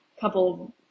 couple